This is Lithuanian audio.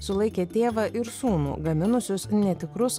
sulaikė tėvą ir sūnų gaminusius netikrus